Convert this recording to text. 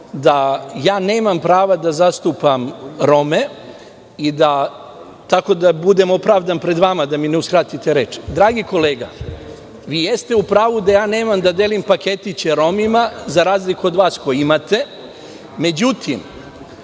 da nemam pravo da zastupam Rome i da budem opravdan pred vama da mi ne bi oduzeli reč. Dragi kolega, vi jeste u pravu da ja nemam pravo da delim paketić Romima za razliku od vas koji imate. Međutim,